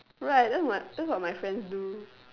right that's what that's what my friends do